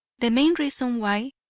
the main reason why.